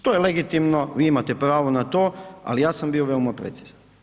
To je legitimno, vi imate pravo na to, ali ja sam bio veoma precizan.